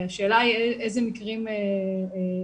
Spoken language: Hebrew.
השאלה היא איזה מקרים מגיעים.